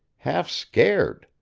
half scared.